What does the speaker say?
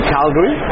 Calgary